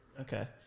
Okay